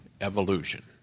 evolution